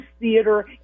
theater